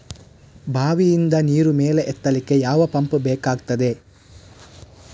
ಬಾವಿಯಿಂದ ನೀರು ಮೇಲೆ ಎತ್ತಲಿಕ್ಕೆ ಯಾವ ಪಂಪ್ ಬೇಕಗ್ತಾದೆ?